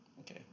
Okay